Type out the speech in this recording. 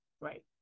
Right